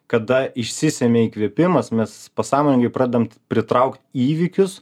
kada išsisemia įkvėpimas mes pasąmoningai pradedam pritraukt įvykius